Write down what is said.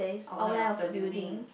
oh like of the building